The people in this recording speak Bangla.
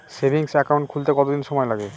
সেভিংস একাউন্ট খুলতে কতদিন সময় লাগে?